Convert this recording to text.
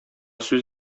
сүз